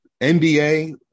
nba